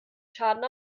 schaden